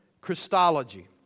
Christology